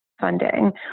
funding